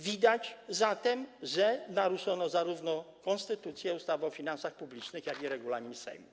Widać zatem, że naruszono zarówno konstytucję, ustawę o finansach publicznych, jak i regulamin Sejmu.